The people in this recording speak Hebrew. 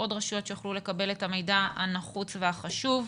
עוד רשויות שיוכלו לקבל את המידע הנחוץ והחשוב.